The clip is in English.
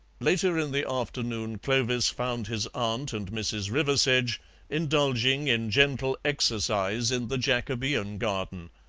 later in the afternoon clovis found his aunt and mrs. riversedge indulging in gentle exercise in the jacobean garden.